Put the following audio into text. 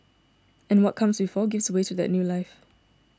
and what comes before gives way to that new life